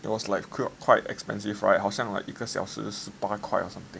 it was like quite expensive right 好像了一个十八块 or something